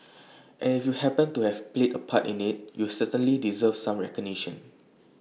and if you happened to have played A part in IT you certainly deserve some recognition